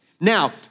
Now